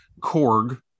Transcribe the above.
Korg